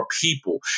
people